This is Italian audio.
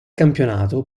campionato